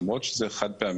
למרות שזה חד-פעמי.